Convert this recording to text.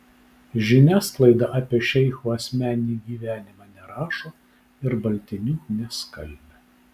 žiniasklaida apie šeichų asmeninį gyvenimą nerašo ir baltinių neskalbia